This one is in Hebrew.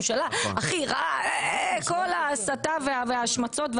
הממשלה הכי רעה וכל ההסתה וההשמצות,